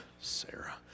Sarah